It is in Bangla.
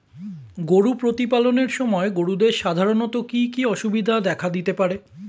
গরু প্রতিপালনের সময় গরুদের সাধারণত কি কি অসুবিধা দেখা দিতে পারে?